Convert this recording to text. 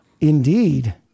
Indeed